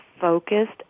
focused